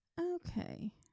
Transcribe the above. Okay